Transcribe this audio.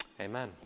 Amen